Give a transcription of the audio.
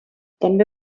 també